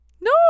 no